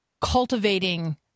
cultivating